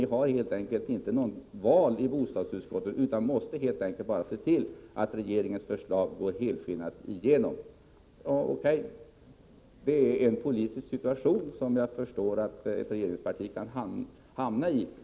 Ni har helt enkelt inte något val i bostadsutskottet utan måste se till att regeringens förslag går helskinnat igenom. Det är en politisk situation som jag förstår att ett regeringsparti kan hamna i.